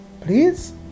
Please